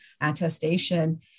attestation